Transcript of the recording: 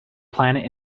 planet